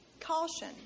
caution